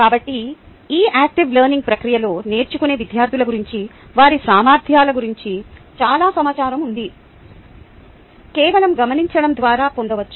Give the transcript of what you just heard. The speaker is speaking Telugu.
కాబట్టి ఈ యాక్టివ్ లెర్నింగ్ ప్రక్రియలో నేర్చుకునే విద్యార్థుల గురించి వారి సామర్ధ్యాల గురించి చాలా సమాచారం ఉంది వీటిని కేవలం గమనించడం ద్వారా పొందవచ్చు